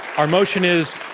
our motion is,